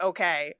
Okay